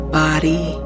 body